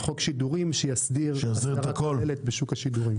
חוק שידורים שיסדיר הסדרה כוללת בשוק השידורים.